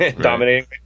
dominating